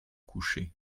couché